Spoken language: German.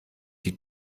die